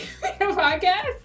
Podcast